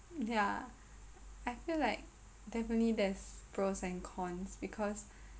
ya I feel like definitely there's pros and cons because